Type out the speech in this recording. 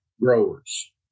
growers